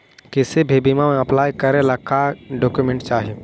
किसी भी बीमा में अप्लाई करे ला का क्या डॉक्यूमेंट चाही?